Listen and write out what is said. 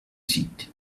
seat